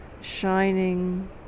shining